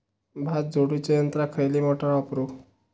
भात झोडूच्या यंत्राक खयली मोटार वापरू?